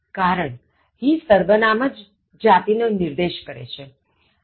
કારણ he સર્વનામ જ જાતિ નો નિર્દેશ કરે છે